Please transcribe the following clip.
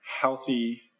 healthy